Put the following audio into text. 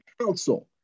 council